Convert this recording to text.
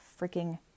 freaking